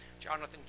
Jonathan